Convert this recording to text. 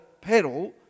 pedal